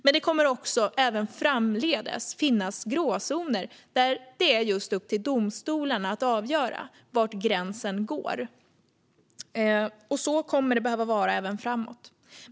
Men det kommer även framdeles att finnas gråzoner där det är upp till domstolarna att avgöra var gränsen går. Så kommer det att behöva vara även framåt.